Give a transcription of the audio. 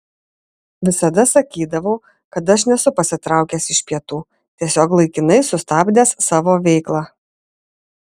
visada sakydavau kad aš nesu pasitraukęs iš pietų tiesiog laikinai sustabdęs savo veiklą